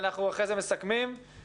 אחרי כן אנחנו מסכמים את הדיון,